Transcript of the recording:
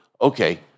okay